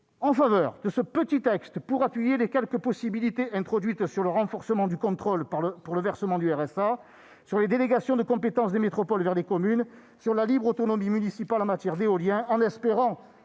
en faveur de ce petit texte pour appuyer les quelques possibilités introduites sur le renforcement du contrôle du versement du RSA, sur les délégations de compétences des métropoles aux communes, sur la libre autonomie municipale en matière d'éolien, en espérant,